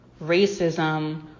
racism